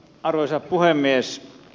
arvoisa puhemies